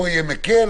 כאן יהיה מקל,